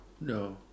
no